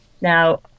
Now